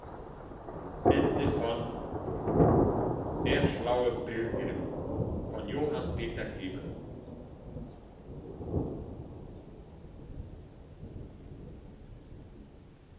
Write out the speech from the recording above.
der schlaue pilgrim